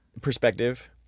perspective